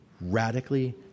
radically